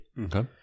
Okay